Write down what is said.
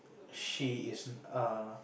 she is err